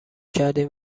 کردیم